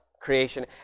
creation